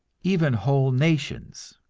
even whole nations!